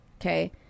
okay